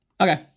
Okay